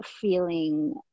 feeling